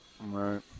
Right